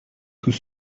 tout